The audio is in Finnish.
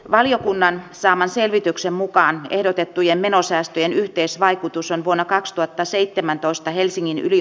valiokunnan saaman selvityksen mukaan ehdotettujen menosäästöjen yhteisvaikutus on vuonna kaksituhattaseitsemäntoista helsingin yli